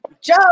Joe